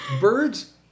Birds